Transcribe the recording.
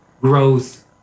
growth